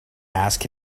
ask